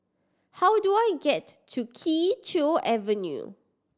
how do I get to Kee Choe Avenue